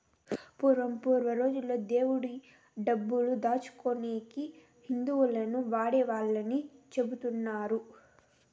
పూర్వం రోజుల్లో దేవుడి డబ్బులు దాచుకునేకి హుండీలను వాడేవాళ్ళని చెబుతున్నారు